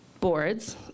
boards